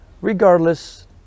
Regardless